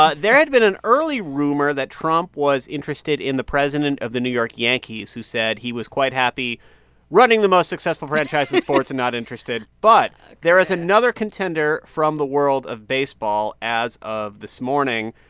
ah there had been an early rumor that trump was interested in the president of the new york yankees, who said he was quite happy running the most successful franchise in sports and not interested but there is another contender from the world of baseball as of this morning.